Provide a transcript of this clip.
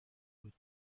بود